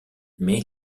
mais